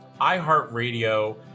iHeartRadio